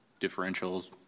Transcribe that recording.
differentials